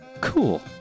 Cool